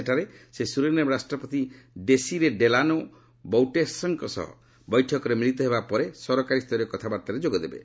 ସେଠାରେ ସେ ସୁରିନେମ୍ ରାଷ୍ଟ୍ରପତି ଡେସିରେ ଡେଲାନୋ ବୌଟେର୍ସଙ୍କ ସହ ବୈଠକରେ ମିଳିତ ହେବା ପରେ ସରକାରୀ ସ୍ତରୀୟ କଥାବାର୍ତ୍ତାରେ ଯୋଗ ଦେବେ